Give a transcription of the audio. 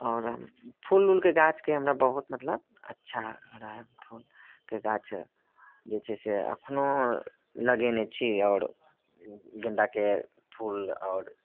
आओर फूल ऊलके गाछके हमरा बहुत मतलब अच्छा रहए फूलके गाछ जे छै से एखनहु लगेने छी आओर गेंदाके फूल आओर